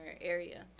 area